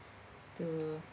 to